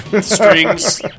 Strings